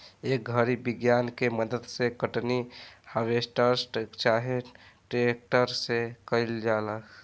ए घड़ी विज्ञान के मदद से कटनी, हार्वेस्टर चाहे ट्रेक्टर से कईल जाता